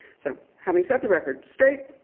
so having set the record straight,